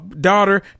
daughter